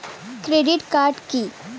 Credit card key?